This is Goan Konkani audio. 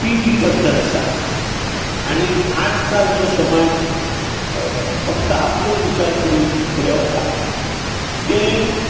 ती जी पद्दत आसा आनी आज काल जो समाज फक्त आपलोच विचार करून फुडें वता तें